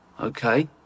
Okay